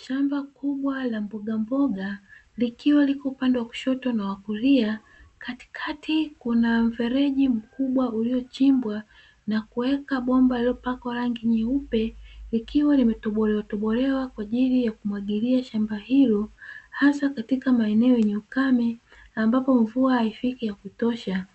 Shamba kubwa la mbogamboga likiwa liko upande wa kushoto na wa kulia, katikati kuna mfereji mkubwa uliyochimbwa na kuweka bomba lililopakwa rangi nyeupe likiwa limetobolewatobolewa kwa ajili ya kumwagilia shamba hilo, hasa katika maeneo yenye ukame ambapo mvua haifiki ya kutosha,